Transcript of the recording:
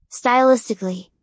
Stylistically